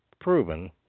proven